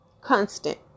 constant